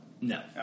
No